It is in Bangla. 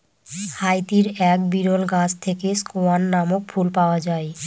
হাইতির এক বিরল গাছ থেকে স্কোয়ান নামক ফুল পাওয়া যায়